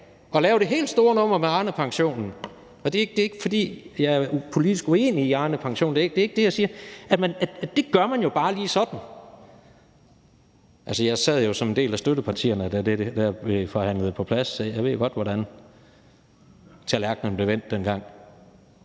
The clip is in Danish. og lave det helt store nummer med Arnepensionen – det er ikke, fordi jeg politisk er uenig i Arnepensionen, det er ikke det, jeg siger – og bare lige gøre det sådan. Jeg sad jo som en del af støttepartierne, da det blev forhandlet på plads, så jeg ved godt, hvordan tallerkenen blev vendt dengang.